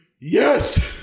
Yes